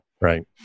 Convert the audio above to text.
right